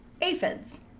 aphids